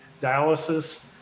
dialysis